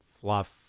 fluff